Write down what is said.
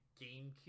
GameCube